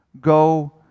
go